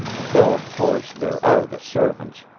though of course there are the servants,